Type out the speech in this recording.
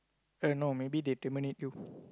uh no maybe they terminate you